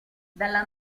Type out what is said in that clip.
dalla